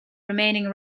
remaining